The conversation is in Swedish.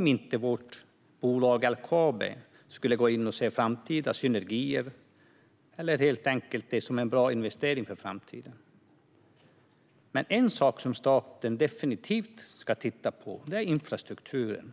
om inte vårt bolag LKAB skulle se möjliga framtida synergier eller helt enkelt se det som en bra investering för framtiden. Men en sak som staten definitivt ska titta på är infrastrukturen.